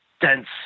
dense